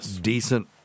decent